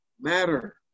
matter